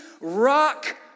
rock